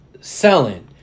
selling